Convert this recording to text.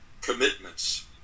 commitments